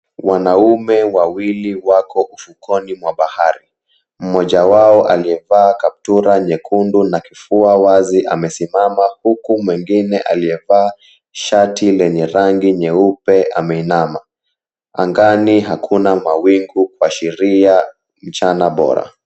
Wanaume wawili wako ufuoni mwa bahari, mmoja wao aliyevaa kaptura nyekundu na kifua wazi amesimama huku mwengine aliyevaa shati lenye rangi nyeupe ameinama. Angani hakuna mawingu kuashiria mchana bora.